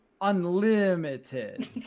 unlimited